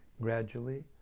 gradually